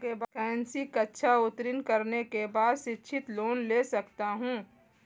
कौनसी कक्षा उत्तीर्ण करने के बाद शिक्षित लोंन ले सकता हूं?